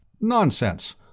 Nonsense